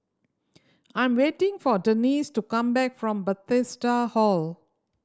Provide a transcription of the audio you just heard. I'm waiting for Denisse to come back from Bethesda Hall